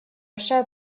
большая